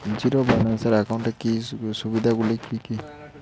Zero balance একাউন্টের সুবিধা গুলি কি কি?